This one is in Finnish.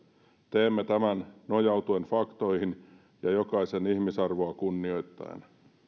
teemme tämän nojautuen faktoihin ja jokaisen ihmisarvoa kunnioittaen